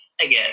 again